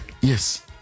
Yes